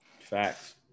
Facts